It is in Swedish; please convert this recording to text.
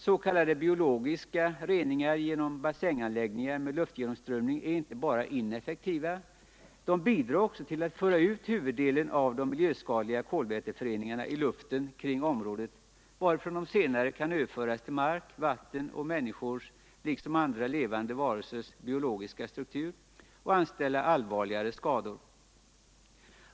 S. k. biologiska reningar genom bassänganläggningar med luftgenomströmning är inte bara ineffektiva — de bidrar också till att föra ut huvuddelen av de miljöskadliga kolväteföreningarna i luften kring området, varifrån de senare kan överföras till mark, vatten och människors liksom andra levande varelsers biologiska struktur och anställa allvarligare skador.